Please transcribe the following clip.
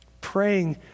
praying